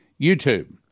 YouTube